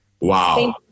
wow